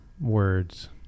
words